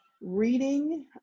Reading